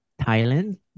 Thailand